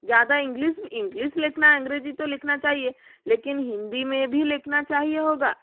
ज़्यादा इंग्लिस लिखना अंग्रेजी तो लिखना चाहिए लेकिन हिन्दी में भी लिखना चाहिए होगा